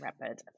rapid